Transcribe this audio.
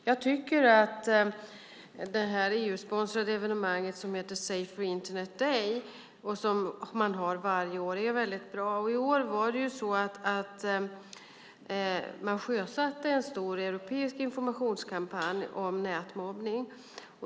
Jag tycker att det EU-sponsrade evenemanget Safer Internet Day som man har varje år är väldigt bra. I år sjösatte man en stor europeisk informationskampanj om nätmobbning.